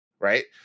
right